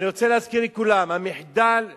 אני רוצה להזכיר לכולם: המחדל שלנו,